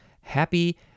happy